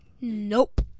Nope